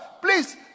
please